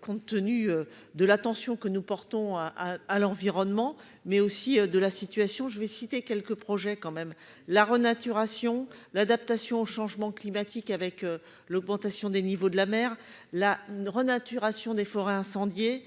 Compte tenu de l'attention que nous portons à à à l'environnement mais aussi de la situation. Je vais citer quelques projets quand même la renaturation l'adaptation au changement climatique avec l'augmentation des niveaux de la mer la renaturation des forêts incendiées